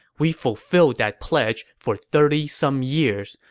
we fulfilled that pledge for thirty some years,